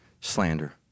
slander